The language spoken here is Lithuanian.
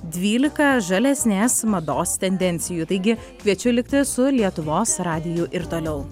dvylika žalesnės mados tendencijų taigi kviečiu likti su lietuvos radiju ir toliau